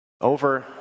over